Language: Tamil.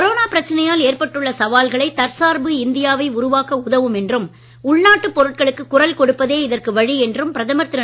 கொரோனா பிரச்சனையால் ஏற்பட்டுள்ள சவால்கள் தற்சார்பு இந்தியா வை உருவாக்க உதவும் என்றும் உள்நாட்டு பொருட்களுக்கு குரல் கொடுப்பதே இதற்கு வழி என்றும் பிரதமர் திரு